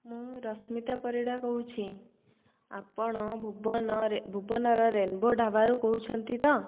ମୁଁ ରଶ୍ମିତା ପରିଡ଼ା କହୁଛି ଆପଣ ଭୁବନରେ ଭୁବନର ରେନବୋ ଢ଼ାବାରୁ କହୁଛନ୍ତି ତ